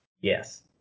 Yes